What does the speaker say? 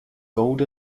gold